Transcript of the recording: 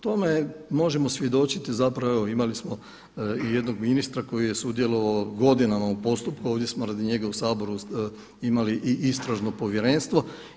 Tome možemo svjedočiti, zapravo evo imali smo i jednog ministra koji je sudjelovao godinama u postupku, ovdje smo radi njega u Saboru imali i Istražno povjerenstvo.